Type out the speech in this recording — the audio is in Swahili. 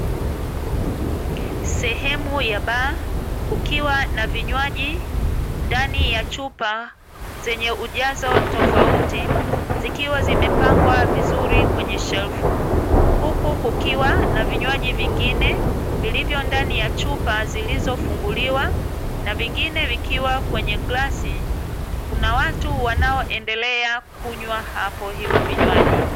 Sehemu ya baa, kukiwa na vinywaji ndani ya chupa zenye ujazo tofauti, zikiwa zimepangwa vizuri kwenye shelfu, huku kukiwa na vinywaji vingine vilivyo ndani ya chupa zilizofunguliwa na vingine vikiwa kwenye glasi, kuna watu wanaoendelea kunywa hapo hivyo vinywaji.